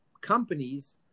companies